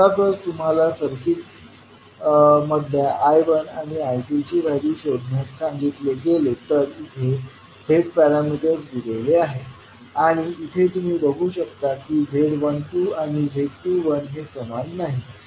समजा जर तुम्हाला सर्किट मधल्या I1आणि I2 ची व्हॅल्यू शोधण्यास सांगितले गेले तर इथे Z पॅरामीटर्स दिलेले आहेत आणि इथे तुम्ही बघू शकता की z12 आणि z21 हे समान नाहीत